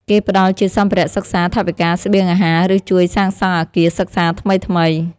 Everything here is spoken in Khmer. គេផ្តល់ជាសម្ភារៈសិក្សា ថវិកា ស្បៀងអាហារ ឬជួយសាងសង់អគារសិក្សាថ្មីៗ។